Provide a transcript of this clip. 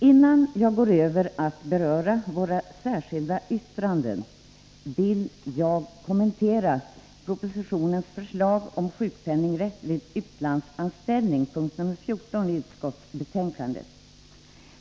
Innan jag går över till att beröra våra särskilda yttranden vill jag kommentera propositionens förslag om sjukpenningrätt vid utlandsanställning, mom. 14 i utskottsbetänkandet.